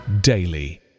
daily